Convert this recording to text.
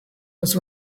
was